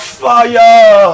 fire